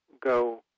go